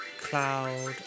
Cloud